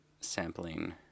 sampling